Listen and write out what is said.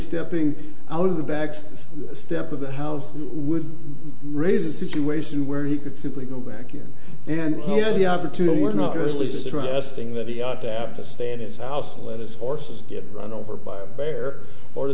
stepping out of the backs just step of the house would raise a situation where he could simply go back in and he had the opportunity or not it was just trusting that he ought to have to stay at his house to let us horses get run over by a bear or